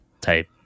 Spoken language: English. type